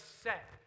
set